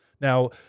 Now